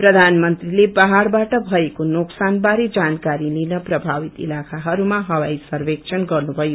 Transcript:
प्रधानमन्त्रीले बाढ़बाट भएको नोकसान बारे जानकारी लिन प्रभावित इलाखाहरूमा हवाई सर्वेक्षण गर्नुभयो